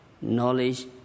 knowledge